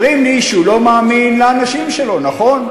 אומרים לי שהוא לא מאמין לאנשים שלו, נכון?